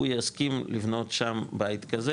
הוא יסכים לבנות שם בית כזה.